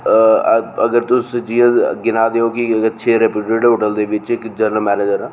अगर तुस जि'यां गिना दे हो ते की छे रप्यूटिड होटल दे बिच इक जरनल मैनेजर हा